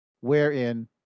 wherein